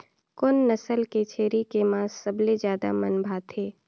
कोन नस्ल के छेरी के मांस सबले ज्यादा मन भाथे?